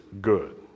good